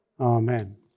Amen